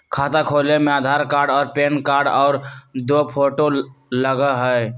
खाता खोले में आधार कार्ड और पेन कार्ड और दो फोटो लगहई?